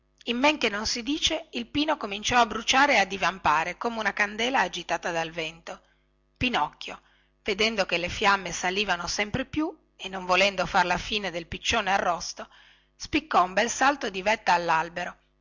in men che non si dice il pino cominciò a bruciare e a divampare come una candela agitata dal vento pinocchio vedendo che le fiamme salivano sempre più e non volendo far la fine del piccione arrosto spiccò un bel salto di vetta allalbero